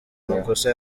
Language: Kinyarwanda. makosa